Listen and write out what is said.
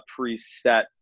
preset